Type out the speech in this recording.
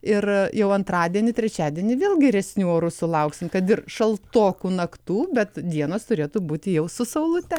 ir jau antradienį trečiadienį vėl geresnių orų sulauksim kad ir šaltokų naktų bet dienos turėtų būti jau su saulute